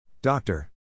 Doctor